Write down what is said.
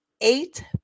eight